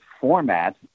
format